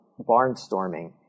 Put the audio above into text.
barnstorming